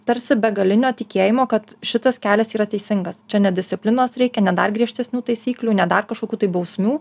tarsi begalinio tikėjimo kad šitas kelias yra teisingas čia ne disciplinos reikia ne dar griežtesnių taisyklių ne dar kažkokių tai bausmių